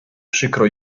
przykro